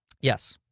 Yes